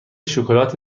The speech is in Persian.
شکلات